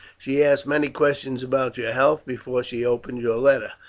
she asked many questions about your health before she opened your letter,